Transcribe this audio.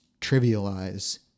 trivialize